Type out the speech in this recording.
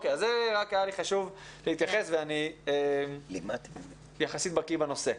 היה לי חשוב להתייחס ואני יחסית בקי בנושא.